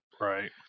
Right